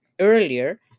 earlier